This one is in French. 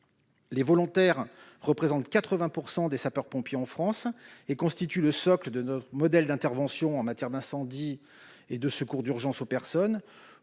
Les volontaires représentent 80 % des sapeurs-pompiers en France et constituent le socle de notre modèle d'intervention en matière d'incendie et de secours d'urgence aux personnes.